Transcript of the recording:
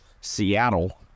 Seattle